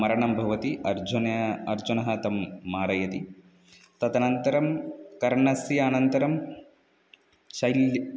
मरणं भवति अर्जुन अर्जुनः तं मारयति तदनन्तरं कर्णस्य अनन्तरं शैल्